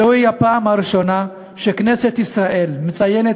זוהי הפעם הראשונה שכנסת ישראל מציינת